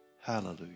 Hallelujah